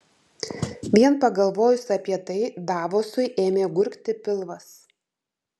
vien pagalvojus apie tai davosui ėmė gurgti pilvas